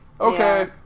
Okay